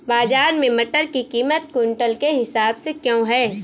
बाजार में मटर की कीमत क्विंटल के हिसाब से क्यो है?